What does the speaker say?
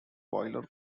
boiler